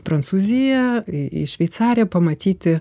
prancūziją į į šveicariją pamatyti